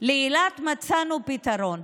לאילת מצאנו פתרון.